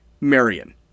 Marion